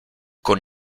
con